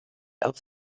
auf